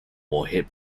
warhead